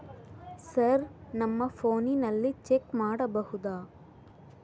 Sir ನಮ್ಮ ಫೋನಿನಲ್ಲಿ check ಮಾಡಬಹುದಾ?